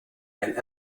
and